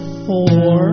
four